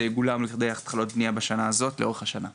יגולם לכדי התחלות בניה בשנה הזאת לאורך כל השנה.